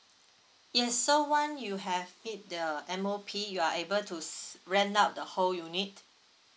yes so one you have meet M_O_P you are able to s~ rent out the whole unit